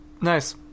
nice